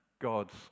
God's